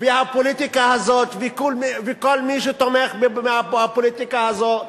והפוליטיקה הזאת, וכל מי שתומך בפוליטיקה הזו,